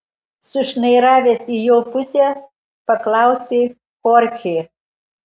sušnairavęs į jo pusę paklausė chorchė